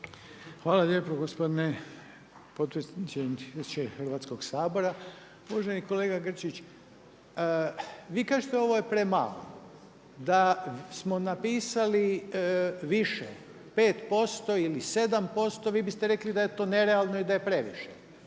Hvala lijepo gospodine potpredsjedniče Hrvatskog sabora. Uvaženi kolega Grčić, vi kažete ovo je premalo. Da smo napisali više 5% ili 7% vi biste rekli da je to nerealno i da je previše.